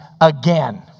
again